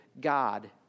God